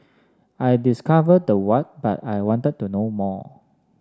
I discovered the what but I wanted to know more